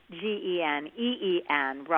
G-E-N-E-E-N